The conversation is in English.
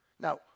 Now